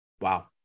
Wow